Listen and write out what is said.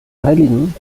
heiligen